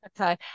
Okay